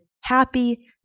happy